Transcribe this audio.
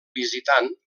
visitant